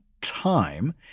time